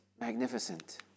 magnificent